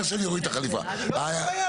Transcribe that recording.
יש לנו חלף לסעיף.